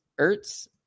Ertz